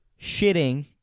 shitting